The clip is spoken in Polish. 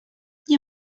nie